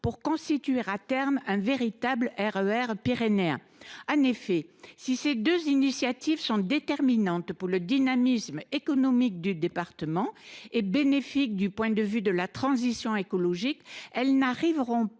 pour constituer à terme un véritable RER pyrénéen. En effet, si ces deux initiatives sont déterminantes pour le dynamisme économique du département et bénéfiques du point de vue de la transition écologique, elles ne se concrétiseront pas